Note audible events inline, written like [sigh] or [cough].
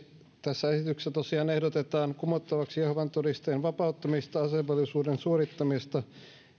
[unintelligible] tässä esityksessä tosiaan ehdotetaan kumottavaksi jehovan todistajien vapauttamisesta asevelvollisuuden suorittamisesta